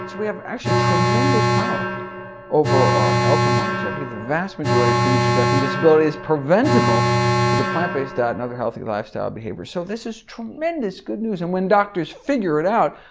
so we have actually tremendous power over our health and longevity, the vast majority of premature death and disability is preventable with a plant-based diet and other healthy lifestyle behavior so this is tremendous good news and when doctors figure it out,